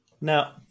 Now